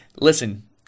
Listen